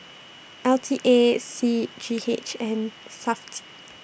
L T A C G H and Safti